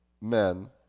men